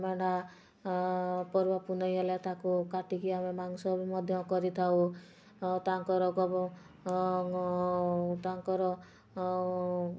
ମେଣ୍ଢା ପର୍ବ ପୁନେଇ ହେଲେ ତାକୁ କାଟିକି ଆମେ ମାଂସ ବି ମଧ୍ୟ କରିଥାଉ ଆଉ ତାଙ୍କର ତାଙ୍କର ଆଉ